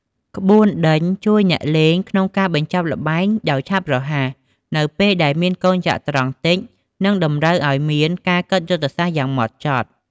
ក្បួនដេញជួយអ្នកលេងក្នុងការបញ្ចប់ល្បែងដោយឆាប់រហ័សនៅពេលដែលមានកូនចត្រង្គតិច និងតម្រូវឲ្យមានការគិតយុទ្ធសាស្ត្រយ៉ាងម៉ត់ចត់។